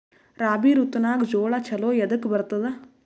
ರಾಬಿ ಋತುನಾಗ್ ಜೋಳ ಚಲೋ ಎದಕ ಬರತದ?